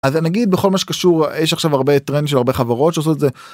אז נגיד בכל מה שקשור יש עכשיו הרבה טרנד של הרבה חברות שעושות את זה.